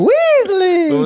Weasley